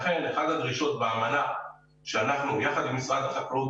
לכן אחת הדרישות באמנה שאנחנו יחד עם משרד החקלאות